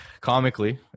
comically